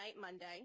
Monday